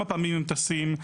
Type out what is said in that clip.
זה מה שמדאיג את האמריקנים.